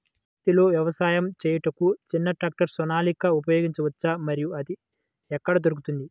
పత్తిలో వ్యవసాయము చేయుటకు చిన్న ట్రాక్టర్ సోనాలిక ఉపయోగించవచ్చా మరియు అది ఎక్కడ దొరుకుతుంది?